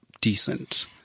decent